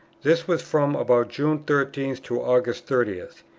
this was from about june thirteenth to august thirtieth.